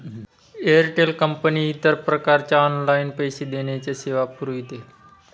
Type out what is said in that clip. Airtel company इतर प्रकारच्या online पैसे देण्याच्या सेवा पुरविते